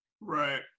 right